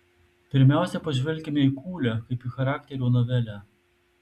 pirmiausia pažvelkime į kūlę kaip į charakterio novelę